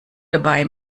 dabei